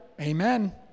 Amen